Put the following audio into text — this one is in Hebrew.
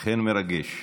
אכן מרגש.